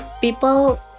people